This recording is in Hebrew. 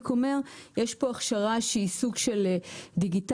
אומר שיש פה הכשרה שהיא סוג של דיגיטלי,